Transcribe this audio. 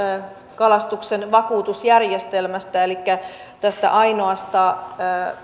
kalastuksen vakuutusjärjestelmästä elikkä tästä ainoasta